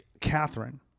Catherine